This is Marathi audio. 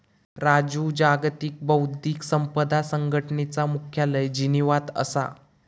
राजू जागतिक बौध्दिक संपदा संघटनेचा मुख्यालय जिनीवात असा